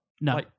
No